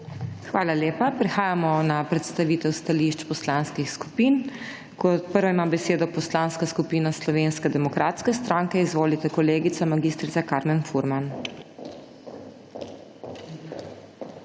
Hvala lepa. Prehajamo na predstavitev stališč poslanskih skupin. Kot prvi ima besedo poslanska skupina Slovenske demokratske stranke, izvolite, kolegica Alenka Helbl.